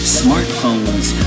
smartphones